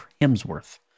Hemsworth